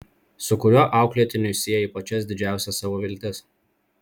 su kuriuo auklėtiniu sieji pačias didžiausias savo viltis